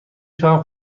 شوم